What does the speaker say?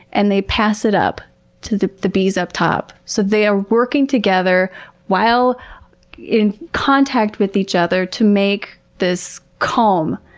and they pass it up to the the bees up top. so, they are working together while in contact with each other to make this comb,